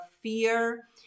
fear